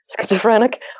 schizophrenic